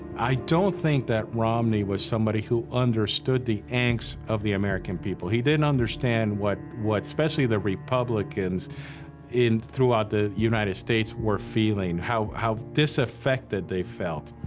i don't think that romney was somebody who understood the angst of the american people. he didn't understand what, what, especially the republicans in, throughout the united states, were feeling, how, how disaffected they felt.